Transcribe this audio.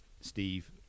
Steve